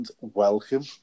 Welcome